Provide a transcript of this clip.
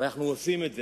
ואנחנו עושים את זה.